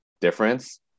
difference